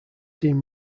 team